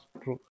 true